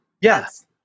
yes